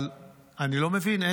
אבל אני לא מבין,